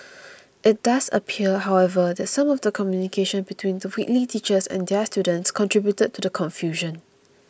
it does appear however that some of the communication between Whitley teachers and their students contributed to the confusion